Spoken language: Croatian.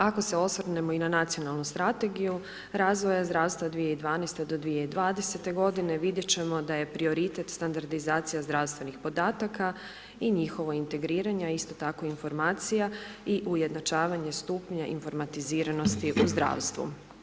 Ako se osvrnemo i na nacionalnu strategiju razvoja zdravstva 2012.-2020. g. vidjet ćemo da je prioritet standardizacija zdravstvenih podataka i njihovo integriranje, a isto tako informacija i ujednačavanje stupnja informatiziranosti u zdravstvu.